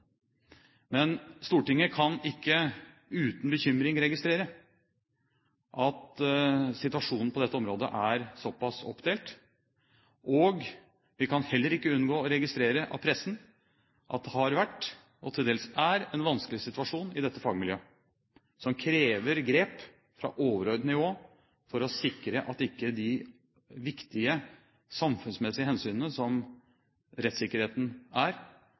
Men Stortinget kan ikke uten bekymring registrere at situasjonen på dette området er såpass oppdelt, og vi kan heller ikke unngå å registrere av pressen at det har vært, og til dels er, en vanskelig situasjon i dette fagmiljøet som krever grep fra overordnet nivå for å sikre at ikke de viktige samfunnsmessige hensynene som rettssikkerheten er,